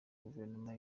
guverinoma